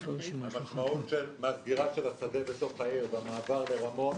המשמעות של הסגירה של השדה בתוך העיר והמעבר לרמון,